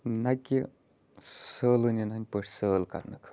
نہ کہِ سٲلٲنیَن ہٕنٛدۍ پٲٹھۍ سٲل کَرنہٕ خٲطرٕ